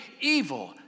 evil